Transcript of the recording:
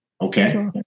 Okay